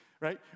Right